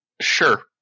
Sure